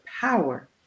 power